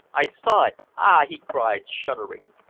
i saw it ah! he cried shuddering.